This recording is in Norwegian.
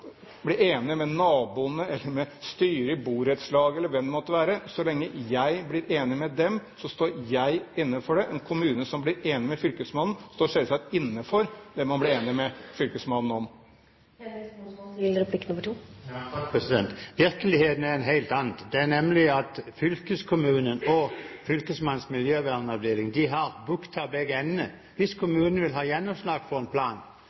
blir enig med naboene eller med styret i borettslaget eller hvem det måtte være. Så lenge jeg blir enig med dem, står jeg inne for det. En kommune som blir enig med fylkesmannen, står selvsagt inne for det man blir enig med fylkesmannen om. Virkeligheten er en helt annen. Den er nemlig at fylkeskommunen og fylkesmannens miljøvernavdeling har bukta og begge endene. Hvis kommunen vil ha gjennomslag for en plan,